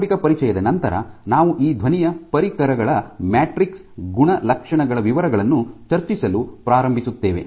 ಆರಂಭಿಕ ಪರಿಚಯದ ನಂತರ ನಾವು ಈ ಧ್ವನಿಯ ಪರಿಕರಗಳ ಮ್ಯಾಟ್ರಿಕ್ಸ್ ಗುಣಲಕ್ಷಣಗಳ ವಿವರಗಳನ್ನು ಚರ್ಚಿಸಲು ಪ್ರಾರಂಭಿಸುತ್ತೇವೆ